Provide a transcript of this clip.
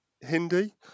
Hindi